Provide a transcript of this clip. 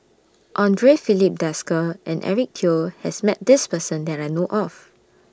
Andre Filipe Desker and Eric Teo has Met This Person that I know of